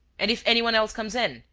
and, if anyone else comes in?